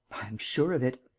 i am sure of it.